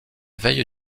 veille